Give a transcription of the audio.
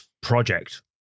project